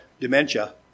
dementia